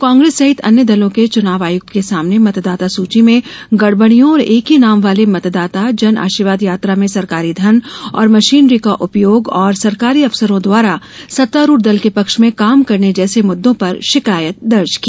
कांग्रेस सहित अन्य दलों ने चुनाव आयुक्त के सामने मतदाता सूची में गड़बड़ियों एक ही नाम वाले मतदाता जन आशीर्वाद यात्रा में सरकारी धन और मशीनरी का उपयोग और सरकारी अफसरों द्वारा सत्तारूढ़ दल के पक्ष में काम करने जैसे मुद्दों पर शिकायत दर्ज की